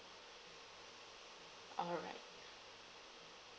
all right